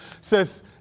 says